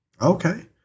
Okay